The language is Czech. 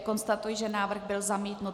Konstatuji, že návrh byl zamítnut.